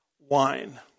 wine